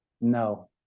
No